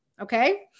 Okay